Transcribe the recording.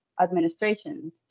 administrations